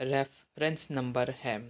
reference number ਹੈ